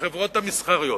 לחברות המסחריות.